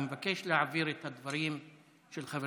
אני מבקש להעביר את הדברים של חבר